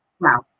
Wow